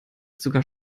sogar